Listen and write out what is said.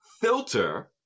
filter